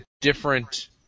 different